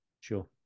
Sure